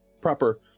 Proper